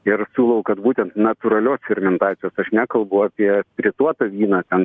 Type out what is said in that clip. ir sūlau kad būtent natūralios fermentacijos aš nekalbu apie spirituotą vyną ten